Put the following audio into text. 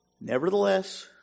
Nevertheless